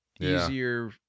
easier